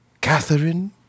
Catherine